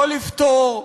לא לפתור,